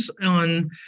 on